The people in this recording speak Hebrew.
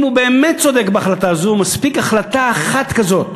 אם הוא באמת צודק בהחלטה זו, מספיק החלטה אחת כזאת